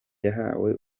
yahawe